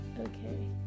Okay